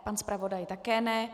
Pan zpravodaj také ne.